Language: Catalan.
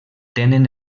tenen